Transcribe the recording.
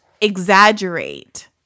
exaggerate